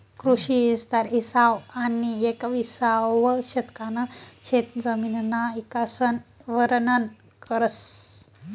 कृषी इस्तार इसावं आनी येकविसावं शतकना शेतजमिनना इकासन वरनन करस